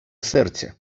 серця